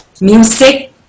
music